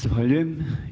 Zahvaljujem.